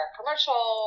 commercial